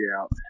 out